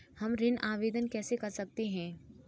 हम ऋण आवेदन कैसे कर सकते हैं?